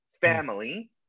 family